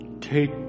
take